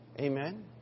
Amen